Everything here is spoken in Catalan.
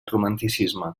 romanticisme